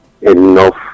Enough